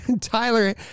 Tyler